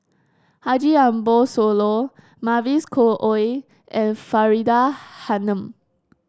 Haji Ambo Sooloh Mavis Khoo Oei and Faridah Hanum